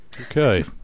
Okay